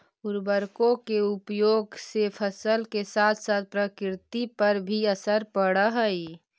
उर्वरकों के उपयोग से फसल के साथ साथ प्रकृति पर भी असर पड़अ हई